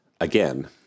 again